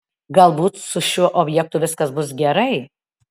galbūt su šiuo objektu viskas bus gerai